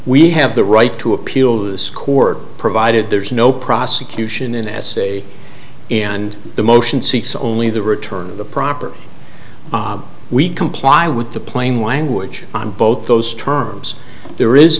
we have the right to appeal this court provided there's no prosecution in essay and the motion seeks only the return of the proper we comply with the plain language on both those terms there is